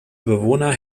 bewohner